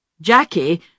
Jackie